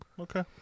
Okay